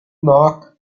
knock